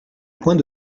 point